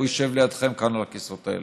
הוא ישב לידכם כאן על הכיסאות האלה.